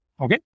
Okay